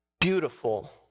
beautiful